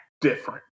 different